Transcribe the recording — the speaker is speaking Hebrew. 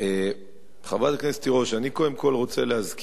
מה עם החשמל והזכויות